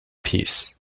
peace